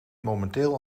momenteel